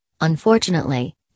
unfortunately